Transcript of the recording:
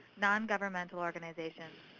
nongovernmental organizations,